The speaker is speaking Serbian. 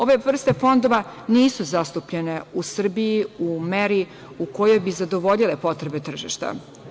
Ove vrste fondova nisu zastupljene u Srbiji u meri u kojoj bi zadovoljile potrebe tržišta.